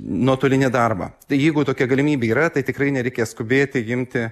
nuotolinį darbą jeigu tokia galimybė yra tai tikrai nereikia skubėti imti